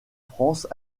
france